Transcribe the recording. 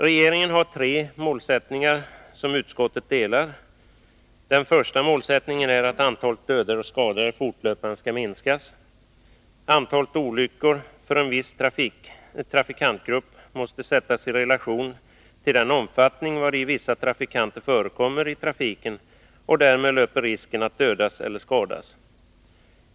Regeringen har tre målsättningar, som utskottet delar: — Den första målsättningen är att antalet dödade och skadade fortlöpande skall minskas. —- Antalet olyckor för en viss trafikantgrupp måste sättas i relation till den omfattning vari vissa trafikanter förekommer i trafiken och den risk de löper att dödas eller skadas.